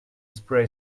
spray